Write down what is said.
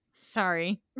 Sorry